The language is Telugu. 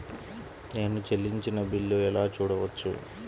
నేను చెల్లించిన బిల్లు ఎలా చూడవచ్చు?